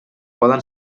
poden